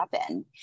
happen